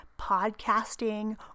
podcasting